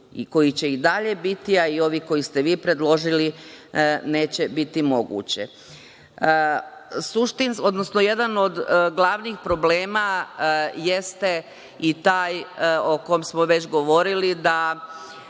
koji će i dalje biti, a i ovi koje ste vi predložili, neće biti moguće. Jedan od glavnih problema jeste i taj o kom smo već govorili, da